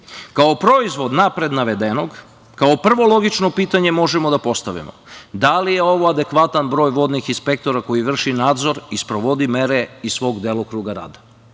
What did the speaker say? proizvod napred navedenog, kao prvo logično pitanje možemo da postavimo – da li je ovo adekvatan broj vodnih inspektora koji vrše nadzor i sprovode mere iz svog delokruga rada?